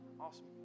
Awesome